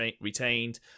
retained